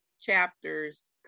Chapters